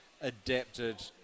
adapted